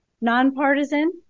nonpartisan